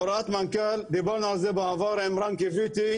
הוראת המנכ"ל דיברנו על זה בעבר עם רן קיוויתי,